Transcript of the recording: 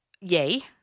yay